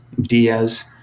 Diaz